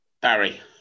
Barry